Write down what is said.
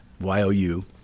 Y-O-U